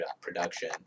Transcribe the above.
production